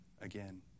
again